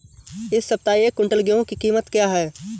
इस सप्ताह एक क्विंटल गेहूँ की कीमत क्या है?